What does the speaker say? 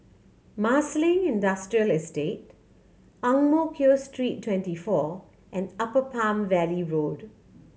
Marsiling Industrial Estate Ang Mo Kio Street Twenty four and Upper Palm Valley Road